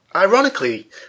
Ironically